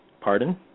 Pardon